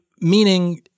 Meaning